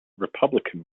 republican